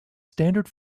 standard